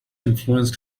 influenced